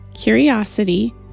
curiosity